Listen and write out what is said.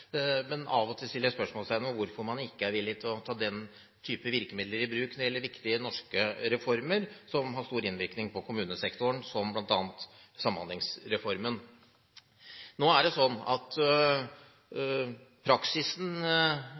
og til setter jeg spørsmålstegn ved hvorfor man ikke er villig til å ta den type virkemidler i bruk når det gjelder viktige norske reformer som har stor innvirkning på kommunesektoren, som bl.a. Samhandlingsreformen. Nå er det sånn at praksisen